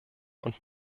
und